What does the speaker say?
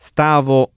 Stavo